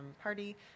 party